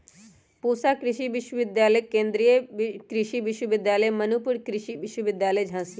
पूसा कृषि विश्वविद्यालय, केन्द्रीय कृषि विश्वविद्यालय मणिपुर, कृषि विश्वविद्यालय झांसी